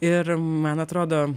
ir man atrodo